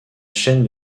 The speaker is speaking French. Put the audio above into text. chaîne